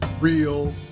real